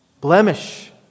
Blemish